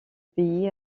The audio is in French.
pays